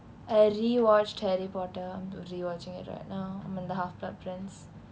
I rewatched harry potter I'm rewatching at right now I'm at the half blood prince